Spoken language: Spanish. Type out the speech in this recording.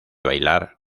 bailar